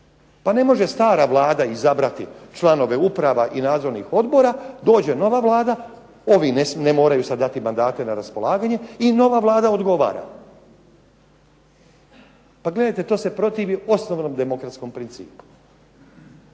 Pa ne može stara Vlada izabrati članove uprava i nadzornih odbora, dođe nova Vlada, ovi ne moraju sad dati mandate na raspolaganje i nova Vlada odgovara. Pa gledajte to se protivi osnovnom demokratskom principu.